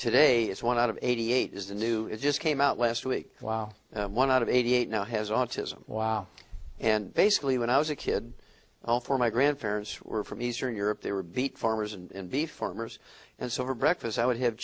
today it's one out of eighty eight is the new it just came out last week wow one out of eighty eight now has autism wow and basically when i was a kid all four my grandparents were from eastern europe they were beet farmers and be farmers and so for breakfast i would have